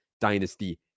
dynasty